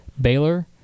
Baylor